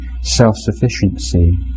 self-sufficiency